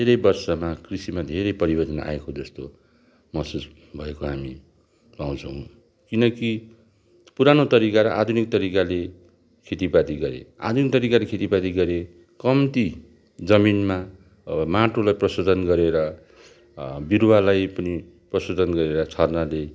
केही बर्षमा कृषिमा धेरै परिवर्तन आएको जस्तो महसुस भएको हामी पाउँछौँ किनकि पुरानो तरिका र आधुनिक तरिकाले खेतीपाती गरे आधुनिक तरिकाले खेतीपाती गरे कम्ती जमिनमा माटोलाई प्रशोधन गरेर बिरुवालाई पनि प्रशोधन गरेर छर्नाले